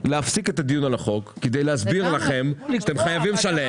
להפסיק את הדיון על החוק כדי להסביר לכם שאתם חייבים לשלם